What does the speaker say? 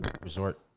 resort